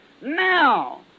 now